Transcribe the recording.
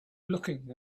looking